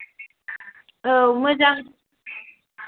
औ मोजां